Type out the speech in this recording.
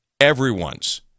everyone's